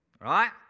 Right